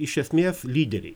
iš esmės lyderiai